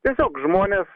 tiesiog žmonės